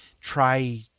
try